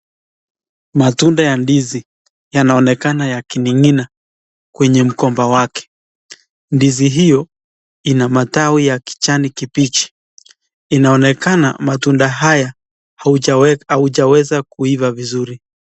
Matunda ya ndizi yanaonekana yakining'inia kwenye mgomba wake. Ndizi hiyo ina matawi ya kijani kibichi. Inaonekana matunda haya haujaweza kuiva vizuri.